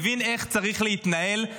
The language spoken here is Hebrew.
מבין איך צריך להתנהל.